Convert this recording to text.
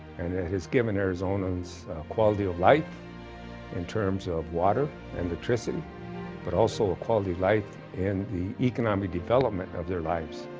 and it has given arizonans quality of life in terms of water and electricity but also a quality of life in the economic development of their lives.